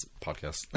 podcast